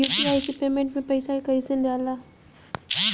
UPI से Paytm मे पैसा कइसे जाला?